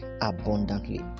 abundantly